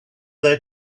their